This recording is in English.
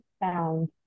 found